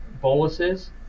boluses